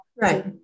right